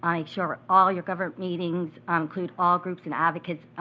um ensure all your government meetings include all groups and advocates,